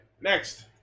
next